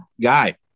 guy